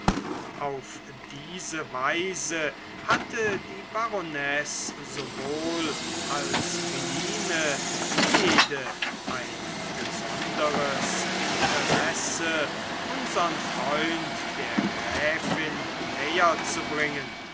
auf diese weise hatte die baronesse sowohl als philine jede ein besonderes interesse unsern freund der gräfin näher zu bringen